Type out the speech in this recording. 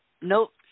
Nope